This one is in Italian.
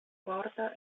porta